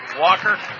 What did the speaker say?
Walker